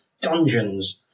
dungeons